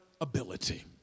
ability